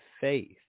faith